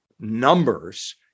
numbers